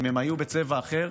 שאם הם היו בצבע אחר,